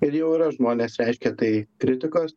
ir jau yra žmonės reiškia tai kritikos